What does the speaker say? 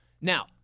now